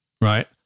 Right